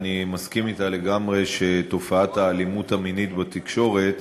ואני מסכים אתה לגמרי שתופעת האלימות המינית בתקשורת